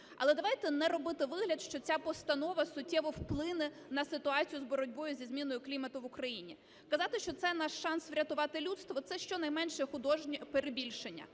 Але давайте не робити вигляд, що ця постанова суттєво вплине на ситуацію з боротьбою зі зміною клімату в Україні. Казати, що це наш шанс врятувати людство – це щонайменше перебільшення.